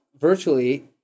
virtually